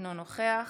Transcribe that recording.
אינו נוכח